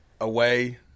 away